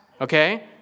okay